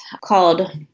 called